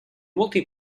multi